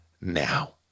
now